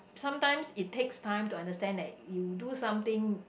sometimes it takes time to understand that you do something